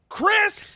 Chris